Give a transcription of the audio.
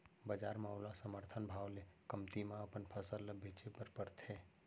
बजार म ओला समरथन भाव ले कमती म अपन फसल ल बेचे बर परथे